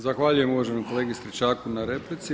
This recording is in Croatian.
Zahvaljujem uvaženom kolegi Stričaku na replici.